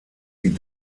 die